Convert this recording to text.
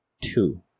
Two